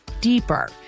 deeper